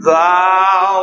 Thou